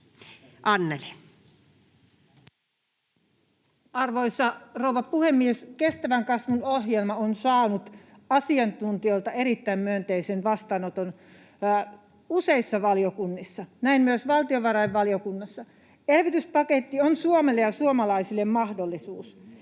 Anneli. Arvoisa rouva puhemies! Kestävän kasvun ohjelma on saanut asiantuntijoilta erittäin myönteisen vastaanoton useissa valiokunnissa, näin myös valtiovarainvaliokunnassa. Elvytyspaketti on Suomelle ja suomalaisille mahdollisuus.